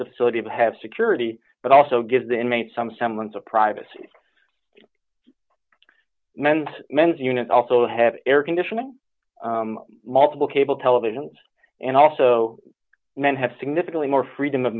the facility to have security but also give the inmates some semblance of privacy men's men's units also have air conditioning multiple cable television and also men have significantly more freedom of